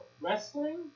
wrestling